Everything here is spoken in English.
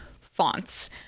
fonts